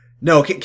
No